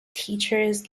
teachers